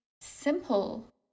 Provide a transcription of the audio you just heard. simple